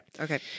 okay